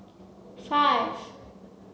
five